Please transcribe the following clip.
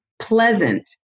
pleasant